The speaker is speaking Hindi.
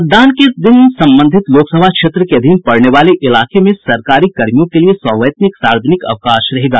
मतदान के दिन संबंधित लोकसभा क्षेत्र के अधीन पड़ने वाले इलाके में सरकारी कर्मियों के लिए सवैतनिक सार्वजनिक अवकाश रहेगा